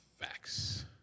Facts